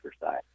side